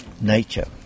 Nature